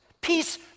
Peace